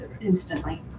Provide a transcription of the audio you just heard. instantly